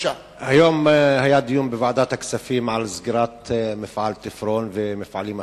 היום התקיים דיון בוועדת הכספים על סגירת מפעל "תפרון" ומפעלים אחרים.